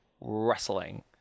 wrestling